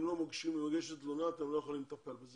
אם לא מוגשת תלונה, אתם לא יכולים לטפל בז.